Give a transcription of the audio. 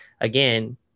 again